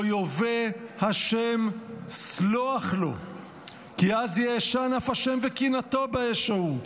לא יֹאבֶה השם סלוח לו כי אז יעשן אף ה' וקנאתו באיש ההוא,